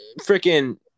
freaking